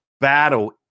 battle